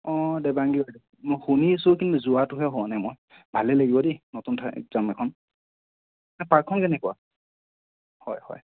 অঁ অঁ দেৱাংগী মই শুনি আছোঁ কিন্তু যোৱাটোহে হোৱা নাই মই ভালেই লাগিব দেই নতুন ঠাই যাম এখন পাৰ্কখন কেনেকুৱা হয় হয়